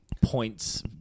points